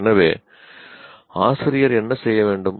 எனவே ஆசிரியர் என்ன செய்ய வேண்டும்